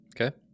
Okay